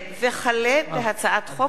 פניה קירשנבאום וקבוצת חברי הכנסת, הצעת חוק